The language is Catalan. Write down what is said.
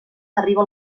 arriba